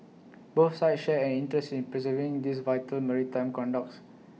both sides share an interest preserving these vital maritime conduits